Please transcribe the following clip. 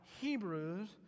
Hebrews